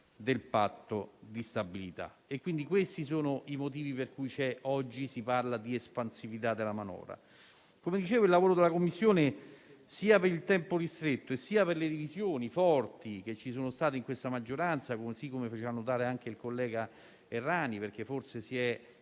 del Patto di stabilità. Quindi questi sono i motivi per cui oggi si parla di espansività della manovra. Come dicevo, il lavoro della Commissione, sia per il tempo ristretto, sia per le forti divisioni di questa maggioranza, come faceva notare anche il collega Errani, forse perché si è